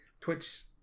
twitch